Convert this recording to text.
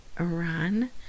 Iran